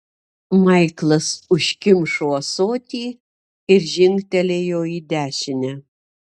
maiklas užkimšo ąsotį ir žingtelėjo į dešinę